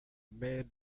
mère